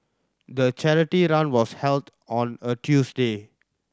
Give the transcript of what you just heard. the charity run was held on a Tuesday